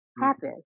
happen